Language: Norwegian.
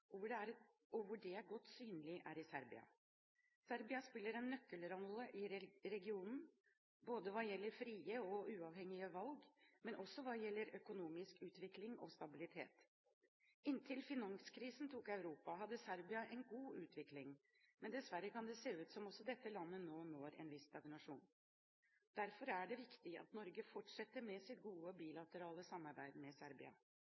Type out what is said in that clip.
og hvor det er godt synlig, er i Serbia. Serbia spiller en nøkkelrolle i regionen, ikke bare hva gjelder frie og uavhengige valg, men også hva gjelder økonomisk utvikling og stabilitet. Inntil finanskrisen tok Europa, hadde Serbia en god utvikling, men dessverre kan det se ut som også dette landet nå når en viss stagnasjon. Derfor er det viktig at Norge fortsetter med sitt gode og bilaterale samarbeid med Serbia.